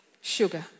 sugar